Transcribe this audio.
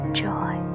joy